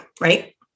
right